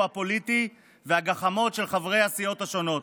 הפוליטי והגחמות של חברי הסיעות השונות,